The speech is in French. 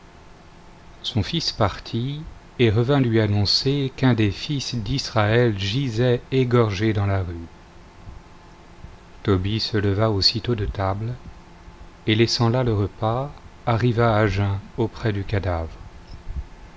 son fils partit et revint lui annoncer qu'un des fils d'israël gisait égorgé dans la rue tobie se leva aussitôt de table et laissant là le repas arriva à jeun auprès du cadavre